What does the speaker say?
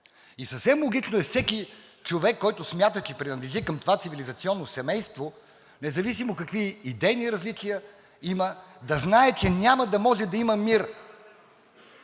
Съвсем логично е всеки човек, който смята, че принадлежи към това цивилизационно семейство, независимо какви идейни различия има, да знае, че няма да може да има мир,